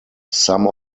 some